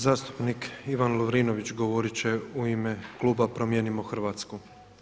Zastupnik Ivan Lovrinović govorit će u ime klub Promijenimo Hrvatsku.